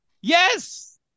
Yes